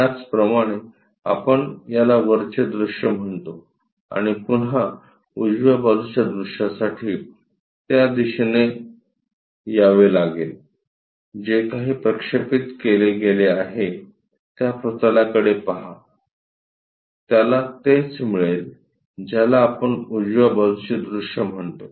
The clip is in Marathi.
याच प्रमाणे आपण याला वरचे दृश्य म्हणतो आणि पुन्हा उजव्या बाजूच्या दृश्यासाठी त्या दिशेने यावे लागेल जे काही प्रक्षेपित केले गेले आहे त्या प्रतलाकडे पहा त्याला तेच मिळेल ज्याला आपण उजव्या बाजूचे दृश्य म्हणतो